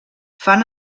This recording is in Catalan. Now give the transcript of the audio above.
fan